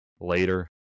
later